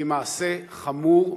הוא מעשה חמור,